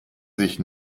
sich